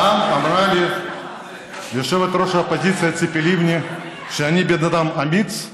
פעם אמרה לי יושבת-ראש האופוזיציה ציפי לבני שאני בן אדם אמיץ,